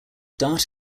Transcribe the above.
dart